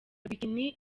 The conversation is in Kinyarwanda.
bikini